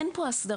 אין פה הסדרה.